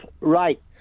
right